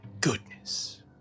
goodness